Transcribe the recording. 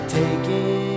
taken